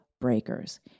breakers